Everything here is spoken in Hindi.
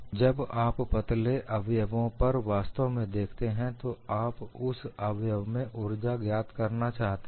जब आप पतले अवयवों पर वास्तव में देखते हैं तो आप उस अवयव में ऊर्जा ज्ञात करना चाहते हैं